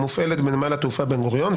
המופעלת בנמל התעופה בן גוריון,